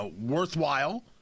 worthwhile